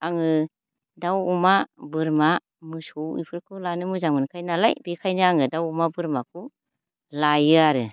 आङो दाउ अमा बोरमा मोसौ इफोरखौ लानो मोजां मोनखायोनालाय बेखायो आङो दाउ अमा बोरमाखौ लायो आरो